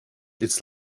its